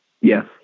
yes